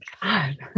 God